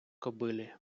кобилі